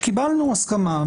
קיבלנו הסכמה.